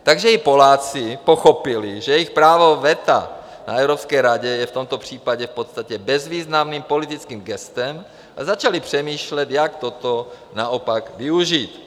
Takže i Poláci pochopili, že jejich právo veta na Evropské radě je v tomto případě v podstatě bezvýznamným politickým gestem, a začali přemýšlet, jak toto naopak využít.